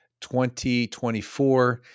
2024